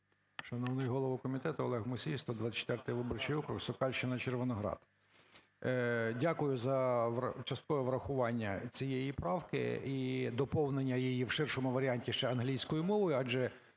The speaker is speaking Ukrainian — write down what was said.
Шановний голово комітету! Олег Мусій, 124-й виборчій округ, Сокальщина, Червоноград. Дякую за часткове врахування цієї правки і доповнення її в ширшому варіанті ще англійкою мовою, адже